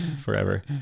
forever